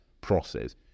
process